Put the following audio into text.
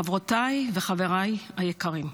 חברותיי וחבריי היקרים,